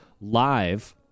live